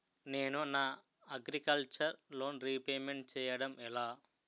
నేను నా agriculture loan repayment చేయడం ఎలా?